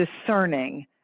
discerning